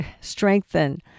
strengthen